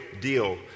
deal